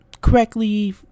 correctly